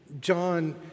John